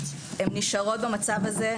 הן נשארות במצב הזה,